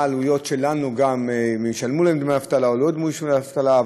מה העלויות שלנו אם ישלמו להם דמי אבטלה או לא ישלמו להם דמי אבטלה.